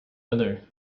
other